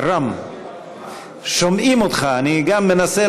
אני רוצה